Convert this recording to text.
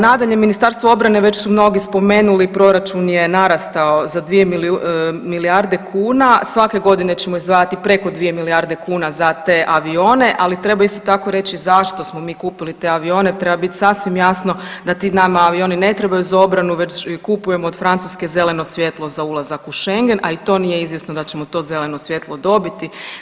Nadalje, Ministarstvo obrane već su mnogi spomenuli, proračun je narastao za 2 milijarde kuna, svake godine ćemo izdvajati preko 2 milijarde kuna za te avione, ali treba isto tako reći zašto smo mi kupili te avione, treba bit sasvim jasno da ti nama avioni ne trebaju za obranu već kupujemo od Francuske zeleno svjetlo za ulazak u šengen, a i to nije izvjesno da ćemo to zeleno svjetlo dobiti.